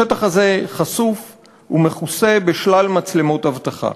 השטח הזה חשוף ומכוסה בשלל מצלמות אבטחה.